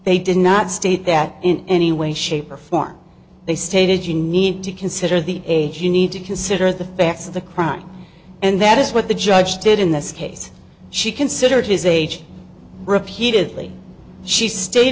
they did not state that in any way shape or form they stated you need to consider the age you need to consider the facts of the crime and that is what the judge did in this case she considered his age repeatedly she stated